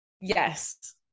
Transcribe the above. Yes